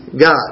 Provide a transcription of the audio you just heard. God